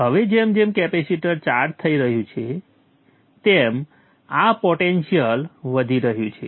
હવે જેમ capacitor charge થઈ રહ્યું છે તેમ આ પોટેંશિયલ વધી રહ્યું છે